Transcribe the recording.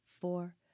four